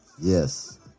Yes